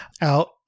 out